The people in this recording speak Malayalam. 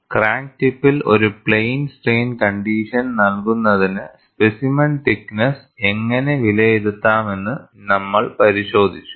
ക്രാക്ക് ടിപ്പിൽ ഒരു പ്ലെയിൻ സ്ട്രെയിൻ കണ്ടീഷൻ നൽകുന്നതിന് സ്പെസിമെൻ തിക്ക് നെസ്സ് എങ്ങനെ വിലയിരുത്താമെന്ന് നമ്മൾ പരിശോധിച്ചു